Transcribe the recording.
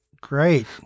great